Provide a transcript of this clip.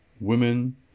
women